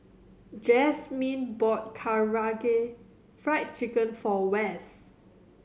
Jazmyne bought Karaage Fried Chicken for Wess